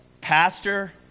pastor